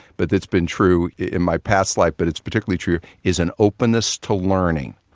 but that's been true in my past life, but it's particularly true, is an openness to learning,